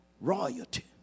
royalty